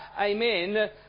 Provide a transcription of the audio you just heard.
amen